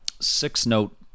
six-note